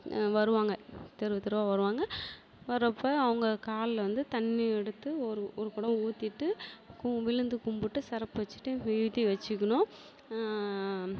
வருவாங்க தெரு தெருவாக வருவாங்க வரப்போ அவங்க காலில் வந்து தண்ணி எடுத்து ஒரு ஒரு குடம் ஊற்றிட்டு கு விழுந்து கும்பிட்டு சிறப்பு வச்சுட்டு விபூதி வச்சுக்கணும்